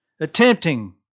Attempting